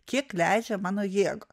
kiek leidžia mano jėgos